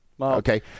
Okay